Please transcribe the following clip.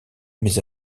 mes